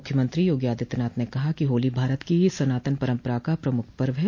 मुख्यमंत्री योगी आदित्यनाथ ने कहा है कि होली भारत की सनातन परम्परा का प्रमुख पर्व है